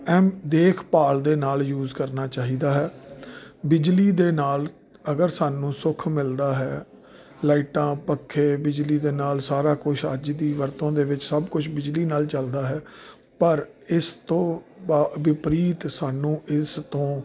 ਦੇਖਭਾਲ ਦੇ ਨਾਲ ਯੂਜ ਕਰਨਾ ਚਾਹੀਦਾ ਹੈ ਬਿਜਲੀ ਦੇ ਨਾਲ ਅਗਰ ਸਾਨੂੰ ਸੁੱਖ ਮਿਲਦਾ ਹੈ ਲਾਈਟਾਂ ਪੱਖੇ ਬਿਜਲੀ ਦੇ ਨਾਲ ਸਾਰਾ ਕੁਝ ਅੱਜ ਦੀ ਵਰਤੋਂ ਦੇ ਵਿੱਚ ਸਭ ਕੁਝ ਬਿਜਲੀ ਨਾਲ ਚੱਲਦਾ ਹੈ ਪਰ ਇਸ ਤੋਂ ਵਿਪਰੀਤ ਸਾਨੂੰ ਇਸ ਤੋਂ